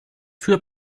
für